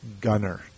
gunner